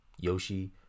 Yoshi